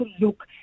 look